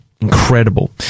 Incredible